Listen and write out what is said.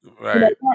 Right